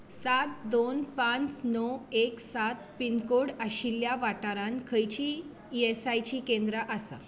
सात दोन पांच णव एक सात पिनकोड आशिल्ल्या वाठारांत खंयचीं ई एस आय चीं केंद्रां आसात